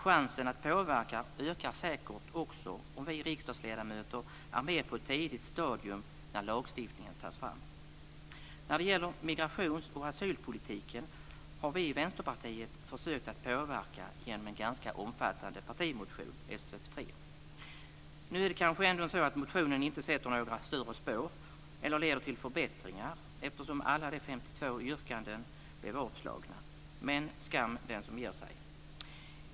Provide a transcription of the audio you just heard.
Chansen att påverka ökar säkert också om vi riksdagsledamöter är med på ett tidigt stadium när lagstiftningen tas fram. När det gäller migrations och asylpolitiken har vi i Vänsterpartiet försökt att påverka genom en ganska omfattande partimotion, Sf3. Nu är det kanske ändå så att motionen inte sätter några större spår eller leder till förbättringar eftersom alla 52 yrkanden blev avstyrkta, men skam den som ger sig.